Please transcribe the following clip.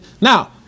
Now